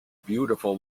beautiful